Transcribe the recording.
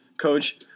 coach